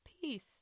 peace